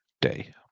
day